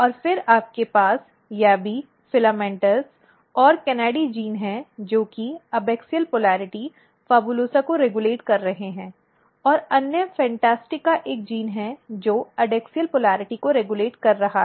और फिर आपके पास YABBY FILAMENTOUS और KANADY जीन हैं जो कि एबॅक्सियल पोलिरटी PHABULOSA को रेगुलेट कर रहे हैं और अन्य FANTASTICA एक जीन है जो एडैक्सियल पोलिरटी को रेगुलेट कर रहा है